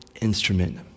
instrument